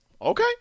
Okay